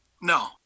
No